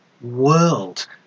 world